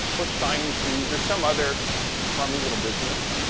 or shining shoes or some other crummy little business,